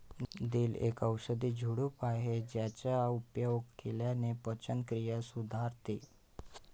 दिल एक औषधी झुडूप आहे ज्याचा उपयोग केल्याने पचनक्रिया सुधारते